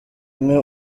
umwe